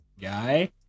guy